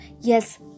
Yes